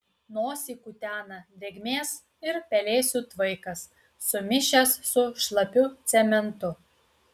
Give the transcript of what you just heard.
nosį kutena drėgmės ir pelėsių tvaikas sumišęs su šlapiu cementu